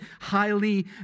highly